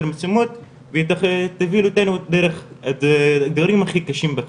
משימות ותוביל אותנו דרך הדברים הקשים בחיים.